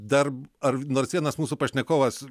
dar ar nors vienas mūsų pašnekovas